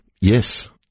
Yes